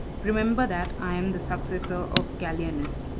remember that i am the successor of gallienus.